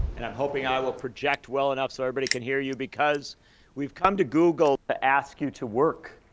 and i'm hoping i will project well enough so everybody can hear you, because we've come to google to ask you to work,